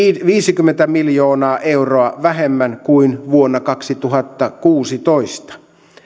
viisikymmentä miljoonaa euroa vähemmän kuin vuonna kaksituhattakuusitoista